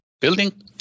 building